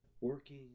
Working